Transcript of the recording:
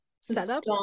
setup